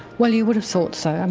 well, you would have thought so. um